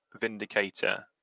vindicator